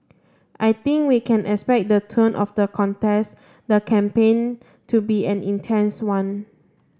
I think we can expect the tone of the contest the campaign to be an intense one